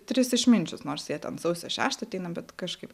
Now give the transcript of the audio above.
tris išminčius nors jie ten sausio šeštą ateina bet kažkaip